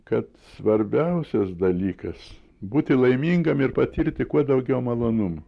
kad svarbiausias dalykas būti laimingam ir patirti kuo daugiau malonumų